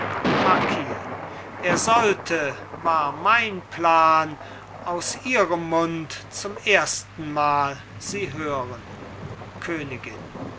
marquis er sollte war mein plan aus ihrem mund zum erstenmal sie hören königin